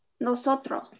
Nosotros